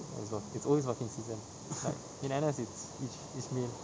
oh it's al~ it's always bulking season it's like in N_S it's it's it's mean